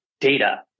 data